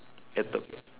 at the